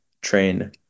train